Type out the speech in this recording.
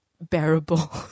bearable